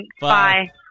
Bye